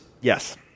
Yes